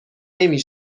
نمی